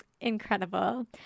Incredible